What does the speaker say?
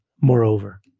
moreover